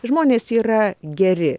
žmonės yra geri